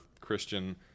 Christian